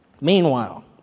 Meanwhile